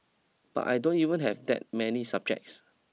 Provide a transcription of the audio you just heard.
but I don't even have that many subjects